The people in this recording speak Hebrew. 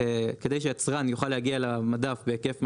כדי שיצרן יוכל להגיע למדף בהיקף משמעותי,